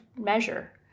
measure